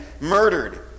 murdered